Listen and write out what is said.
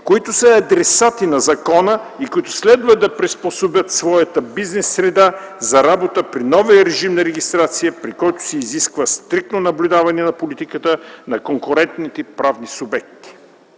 които са адресати на закона и които следва да приспособят своята бизнес среда за работа при новия режим на регистрация, при който се изисква стриктно наблюдаване на политиката на конкурентните правни субекти.